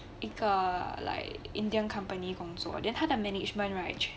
一个 like indian company 工作 then 他的 management right